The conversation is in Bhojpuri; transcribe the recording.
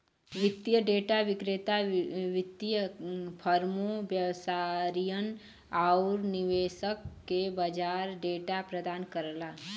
वित्तीय डेटा विक्रेता वित्तीय फर्मों, व्यापारियन आउर निवेशक के बाजार डेटा प्रदान करला